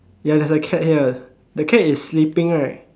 ya there's a cat here the cat is sleeping right